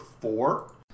four